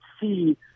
see